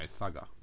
Thugger